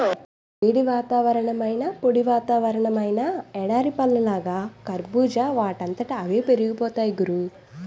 వేడి వాతావరణమైనా, పొడి వాతావరణమైనా ఎడారి పళ్ళలాగా కర్బూజా వాటంతట అవే పెరిగిపోతాయ్ గురూ